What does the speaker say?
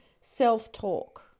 self-talk